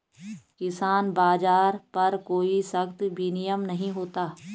किसान बाज़ार पर कोई सख्त विनियम नहीं होता